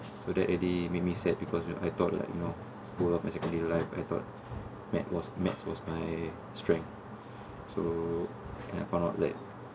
so that really make me sad because I thought like you know throughout my secondary life I thought math was maths was my strength so and I found out like